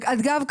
אגב,